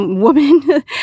woman